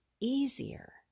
easier